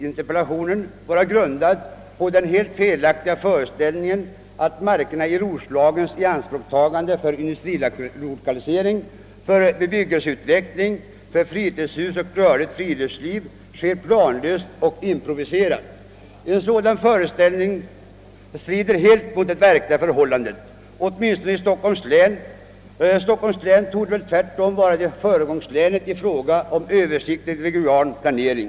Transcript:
Interpellationen synes vara grundad på den felaktiga föreställningen, att ianspråktagandet av marken i Roslagen för industrilokalisering, bebyggelseutveckling, uppförande av fritidshus och utövande av rörligt friluftsliv sker planlöst och improviserat. En sådan föreställning strider emellertid helt mot det verkliga förhållandet åtminstone i Stockholms län. Stockholms län torde nämligen vara föregångslänet i fråga om översiktlig regionalplanering.